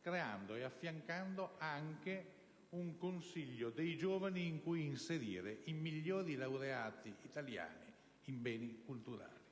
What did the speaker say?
creando ed affiancando anche un Consiglio dei giovani in cui inserire i migliori laureati italiani in beni culturali.